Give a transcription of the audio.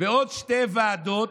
ועוד שתי ועדות,